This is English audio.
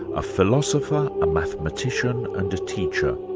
a philosopher, a mathematician and a teacher.